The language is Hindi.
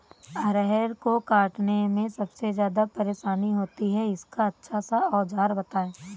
अरहर को काटने में सबसे ज्यादा परेशानी होती है इसका अच्छा सा औजार बताएं?